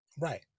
Right